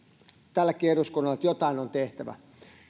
tällekin eduskunnalle että jotain on tehtävä